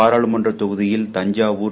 பாராளுமன்றதொகுதியில் Thanjavur